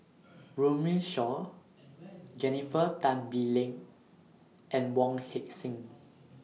Runme Shaw Jennifer Tan Bee Leng and Wong Heck Sing